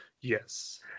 Yes